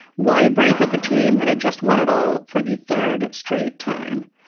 why break up a team that had just won at all for the third straight time?